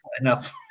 enough